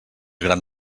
gran